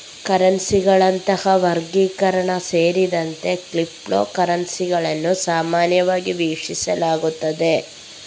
ಕರೆನ್ಸಿಗಳಂತಹ ವರ್ಗೀಕರಣ ಸೇರಿದಂತೆ ಕ್ರಿಪ್ಟೋ ಕರೆನ್ಸಿಗಳನ್ನು ಸಾಮಾನ್ಯವಾಗಿ ವೀಕ್ಷಿಸಲಾಗುತ್ತದೆ